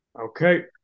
Okay